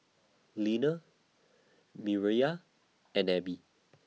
Leaner Mireya and Ebbie